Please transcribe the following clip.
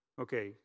Okay